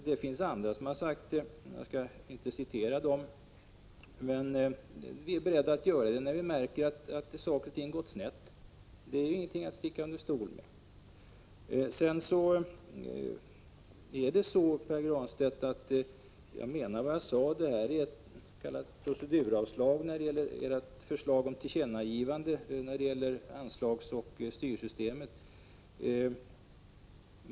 Det finns andra som gjort det, men jag skall inte citera dem. Vi är beredda att ompröva när vi märker att saker och ting gått snett. Det är ingenting att sticka under stol med. Jag menar vad jag sade, Pär Granstedt, när jag kallade avslaget på ert förslag om ett tillkännagivande när det gäller anslagsoch styrsystemet för ett proceduravslag.